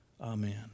Amen